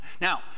Now